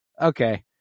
okay